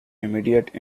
immediate